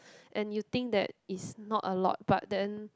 and you think that it's not a lot but then